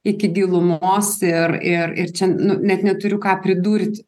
iki gilumos ir ir ir čia nu net neturiu ką pridurt